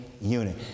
unit